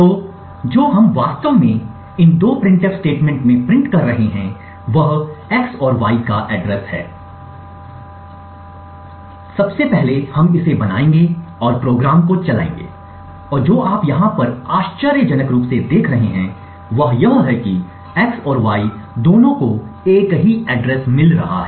तो जो हम वास्तव में इन दो प्रिंटफ स्टेटमेंट में प्रिंट कर रहे हैं वह x और y का एड्रेस है जैसा कि पहले हम साफ करेंगे और इसे बनाएंगे और प्रोग्राम को चलाएंगे और जो आप यहां पर आश्चर्यजनक रूप से देख रहे हैं वह यह है कि x और y दोनों को एक ही एड्रेस मिलता है